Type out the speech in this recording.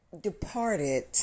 departed